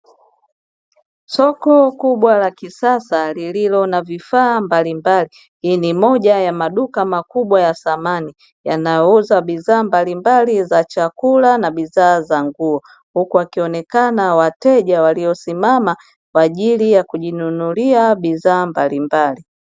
Soko kubwa la kisasa lililo na vifaa mbalimbali. Hii ni moja ya maduka makubwa ya samani yanayouza bidhaa mbalimbali za chakula na bidhaa za nguo. Huku wakionekana wateja waliosimama kwa ajili ya kujinunulia bidhaa mbalimbali.